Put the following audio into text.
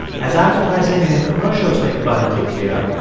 as advertising and infomercials make abundantly clear.